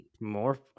more